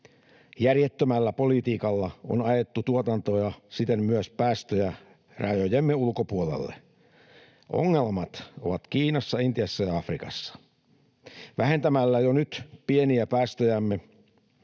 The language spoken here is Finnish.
Järjettömällä politiikalla on ajettu tuotantoa ja siten myös päästöjä rajojemme ulkopuolelle. Ongelmat ovat Kiinassa, Intiassa ja Afrikassa. Vähentämällä jo nyt pieniä päästöjämme